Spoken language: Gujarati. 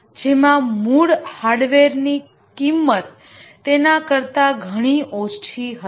જેમાં મૂળ હાર્ડવેરની કિંમત તેના કરતા ઘણી ઓછી હશે